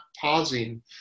pausing